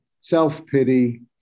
self-pity